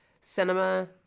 cinema